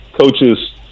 coaches